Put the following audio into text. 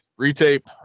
retape